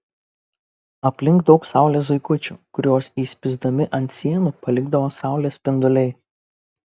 aplink daug saulės zuikučių kuriuos įspįsdami ant sienų palikdavo saulės spinduliai